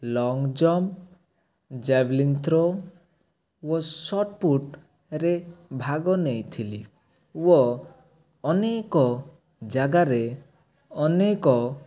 long jump javelin throw ଓ shot put ରେ ଭାଗ ନେଇଥିଲି ଓ ଅନେକ ଜାଗାରେ ଅନେକ